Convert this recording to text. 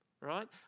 right